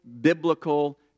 biblical